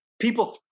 people